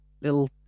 little